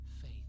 faith